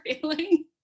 feeling